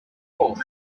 wall